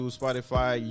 Spotify